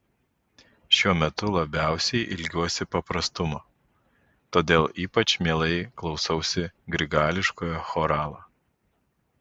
šiuo metu labiausiai ilgiuosi paprastumo todėl ypač mielai klausausi grigališkojo choralo